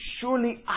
Surely